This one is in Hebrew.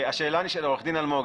עורך דין אלמוג,